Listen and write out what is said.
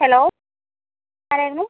hello ആരായിരുന്നു